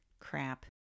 crap